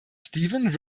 stephen